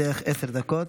לרשותך עשר דקות.